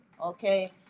Okay